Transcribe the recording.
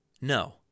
No